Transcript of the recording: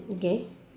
okay